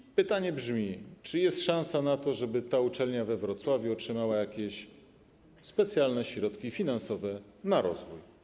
I pytanie brzmi: Czy jest szansa na to, żeby ta uczelnia we Wrocławiu otrzymała jakieś specjalne środki finansowe na rozwój?